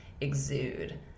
exude